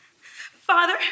Father